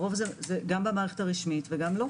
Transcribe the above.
הרוב כן, וגם לא.